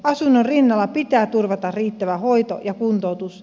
asunnon rinnalla pitää turvata riittävä hoito ja kuntoutus